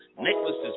necklaces